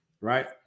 right